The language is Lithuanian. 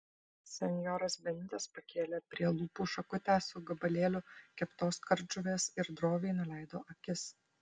senjoras benitas pakėlė prie lūpų šakutę su gabalėliu keptos kardžuvės ir droviai nuleido akis